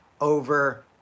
over